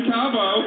Cabo